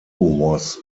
was